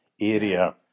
area